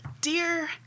dear